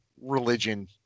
religion